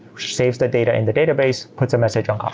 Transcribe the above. saves the data in the database, puts a message um ah